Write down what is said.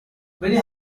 many